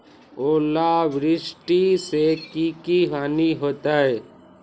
ओलावृष्टि से की की हानि होतै?